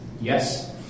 Yes